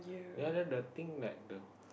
ya then the thing that the